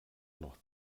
noch